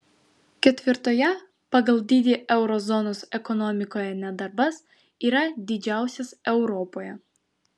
ketvirtoje pagal dydį euro zonos ekonomikoje nedarbas yra didžiausias europoje